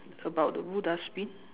about the blue dustbin